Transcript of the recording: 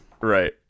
Right